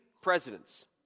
presidents